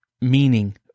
meaning